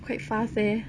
quite fast eh